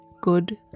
good